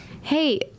Hey